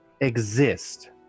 exist